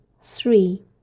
Three